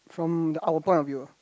from the our point of view ah